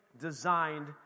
designed